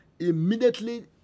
immediately